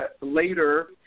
later